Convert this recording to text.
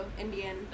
Indian